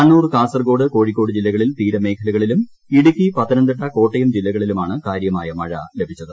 കണ്ണൂർ കാസർകോട് കോഴിക്കോട് ജില്ലകളിൽ തീരമേഖലകളിലും ഇടുക്കി പത്തനംതിട്ട കോട്ടയം ജില്ലകളിലുമാണ് കാര്യമായ മഴ ലഭിച്ചത്